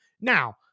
Now